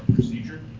procedure,